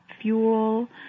fuel